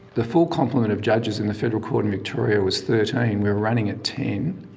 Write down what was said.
the full complement of judges in the federal court in victoria was thirteen. we were running at ten.